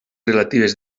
relatives